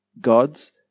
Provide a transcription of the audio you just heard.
God's